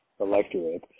electorate